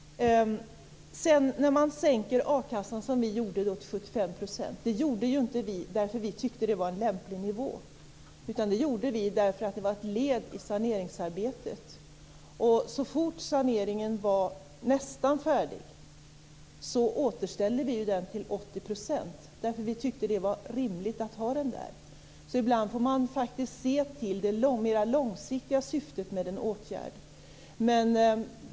Vi sänkte inte a-kasseersättningen till 75 % för att vi tyckte att det var en lämplig nivå. Vi gjorde det därför att det var ett led i saneringsarbetet. Så fort saneringen var nästan färdig återställde vi den till 80 % därför att vi tyckte att det var rimligt att ha den där. Ibland får man faktiskt se till det mer långsiktiga syftet med en åtgärd.